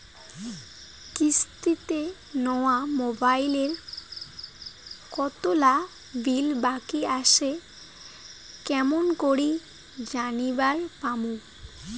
কিস্তিতে নেওয়া মোবাইলের কতোলা বিল বাকি আসে কেমন করি জানিবার পামু?